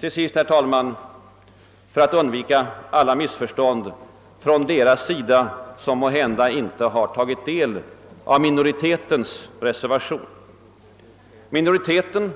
Till sist, herr talman, några ord för att undvika alla missförstånd från deras sida som inte tagit del av minoritetens reservation. Minoriteten